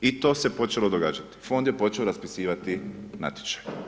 I to se počelo događati, fond je počeo raspisivati natječaj.